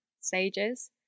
stages